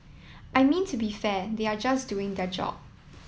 I mean to be fair they are just doing their job